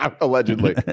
allegedly